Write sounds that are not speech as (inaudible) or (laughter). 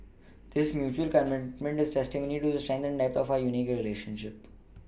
(noise) this mutual commitment is testimony to the strength and depth of our unique relationship